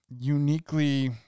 uniquely